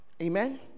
Amen